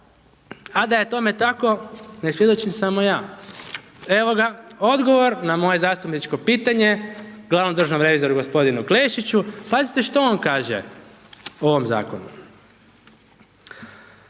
a da je tome tako, ne svjedočim samo ja. Evo ga, odgovor na moje zastupničko pitanje glavnom državnom revizoru gospodinu Klešiću, pazite što on kaže o ovom zakonu.